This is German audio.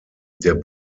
der